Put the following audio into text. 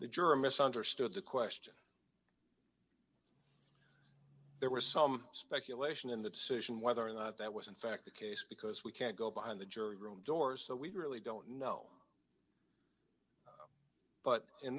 the jury misunderstood the question there was some speculation in the decision whether or not that was in fact the case because we can't go behind the jury room door so we really don't know but in